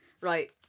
Right